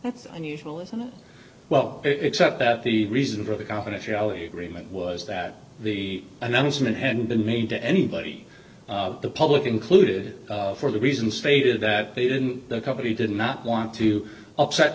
that's unusual isn't it well it's up that the reason for the confidentiality agreement was that the announcement hadn't been made to anybody the public included for the reasons stated that they didn't the company did not want to upset